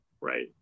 right